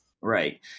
Right